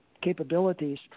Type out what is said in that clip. capabilities